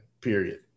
period